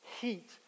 heat